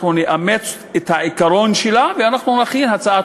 אנחנו נאמץ את העיקרון שלה ואנחנו נכין הצעת